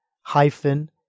hyphen